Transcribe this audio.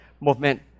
movement